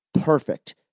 perfect